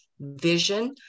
vision